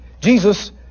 Jesus